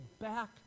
back